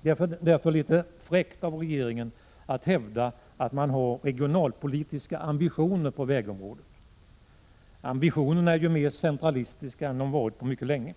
Det är därför litet fräckt av regeringen att hävda att man har regionalpolitiska ambitioner på vägområdet. Ambitionerna är ju nu mer centralistiska än de har varit på länge.